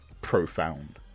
profound